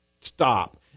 stop